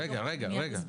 רגע, רגע.